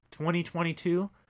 2022